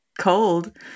cold